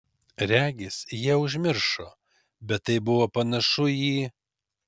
regis jie užmiršo bet tai buvo panašu į